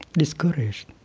discouraged.